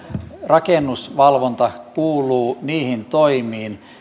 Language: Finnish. rakennusvalvonta kuuluu niihin toimiin